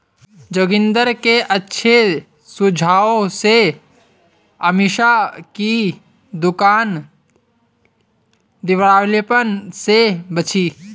जोगिंदर के अच्छे सुझाव से अमीषा की दुकान दिवालियापन से बची